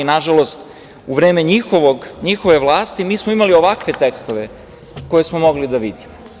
Nažalost, u vreme njihove vlasti mi smo imali ovakve tekstove koje smo mogli da vidimo.